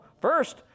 first